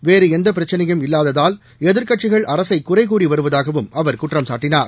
வேறுஎந்தபிரச்சினையும் இல்லாததால் எதிர்க்கட்சிகள் அரசைகுறைகூறிவருவதாகவும் அவர் குற்றம் சாட்டனார்